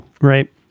right